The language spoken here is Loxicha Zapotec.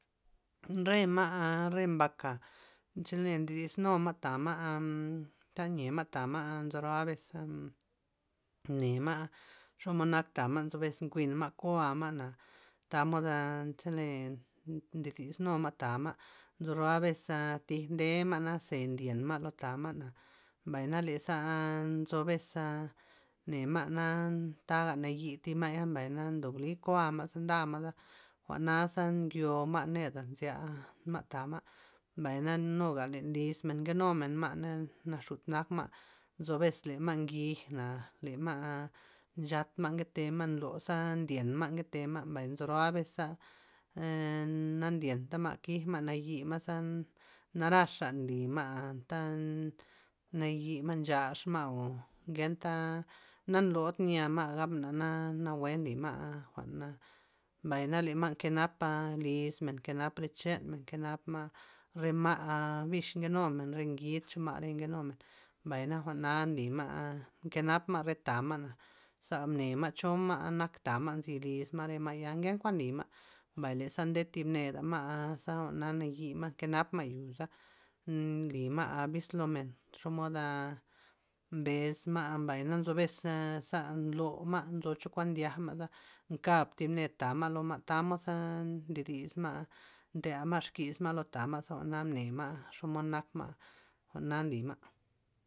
Re ma', re mbaka, chele ndo dis numa' tama', ta nyiema' tama' nzo roa beza nema' xomod nak tama' nzo bes nkuin ma' koama' na, tamod chele nnn- ndis numa' tama' nzo roa beza' tij ndema'na ze ndyenma' lo tama' mbay na leza nzo beza nema' na taga nayi thi tama' mbay na ndob bli kolma' ze nda ma'za jwa'naza ngyo ma' neda nzya ma' tama' mbay na nuga len lismen nkenumen ma'na naxut nak ma' nzo bes le ma' ngij na' le ma' nchat ma' nke tema' nlo za ndyen ma' nketema' mbay nzo ro'a beza ammm- na ndyenta ma' kig ma' nayi ma'za naraxa nli ma' ta nayi' ma' nxaxma' o ngenta an ndlod yi'a ma' gab na' na jwe' nli ma'jwa'n, mbay na le ma' nke nap pa nli kenap chanmen nke nap nke nap ma' re ma' bix nke numen re ngid che re ma' nke numen mbay na jwa'na nly ma' nke napma' re tama', zene ma' cho ma' nak tama' nzi lis ma' re ma'ya ken kun nly'ma, mbay le za nde thib neda' ma' za jwa'na nayi ma' nke nap ma' yo' za nly ma' abis lo men xomod mbes ma' mbay na nzo bes za nlo ma' nzo chokuan ndyak ma'za nkab thib ned ta ma' lo ma' tamod za ndo disma' nte'a ma' xkisma' lo tama' jwa'naza mne ma' xomod nak ma' jwa'na nly ma'.